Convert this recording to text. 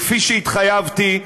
כפי שהתחייבתי,